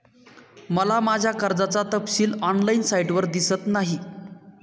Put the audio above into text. मला माझ्या कर्जाचा तपशील ऑनलाइन साइटवर दिसत नाही